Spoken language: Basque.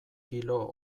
kilo